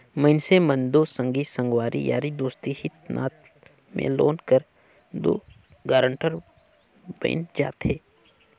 मइनसे मन दो संगी संगवारी यारी दोस्ती हित नात में लोन कर दो गारंटर बइन जाथे